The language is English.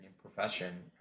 profession